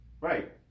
Right